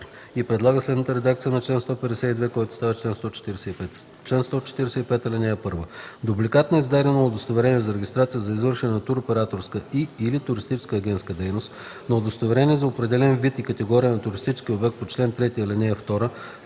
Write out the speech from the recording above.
и предлага следната редакция на чл. 152, който става чл. 145: „Чл. 145. (1) Дубликат на издадено удостоверение за регистрация за извършване на туроператорска и/или туристическа агентска дейност, на удостоверение за определен вид и категория на туристически обект по чл. 3, ал. 2,